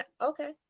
Okay